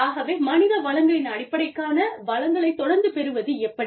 ஆகவே மனித வளங்களின் அடிப்படைக்கான வளங்களைத் தொடர்ந்து பெறுவது எப்படி